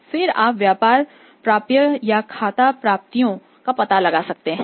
फिर आप व्यापार प्राप्य या खाता प्राप्तियों का पता लगा सकते हैं